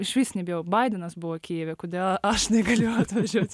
išvis nebijau baidenas buvo kijeve kodėl aš negaliu atvažiuot